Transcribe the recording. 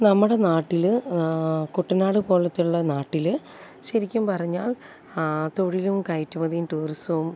നമ്മുടെ നാട്ടിൽ കുട്ടനാട് പോലെയുള്ള നാട്ടിൽ ശരിക്കും പറഞ്ഞാൽ തൊഴിലും കയറ്റുമതിയും ടൂറിസവും